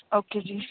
okay ਜੀ